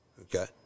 okay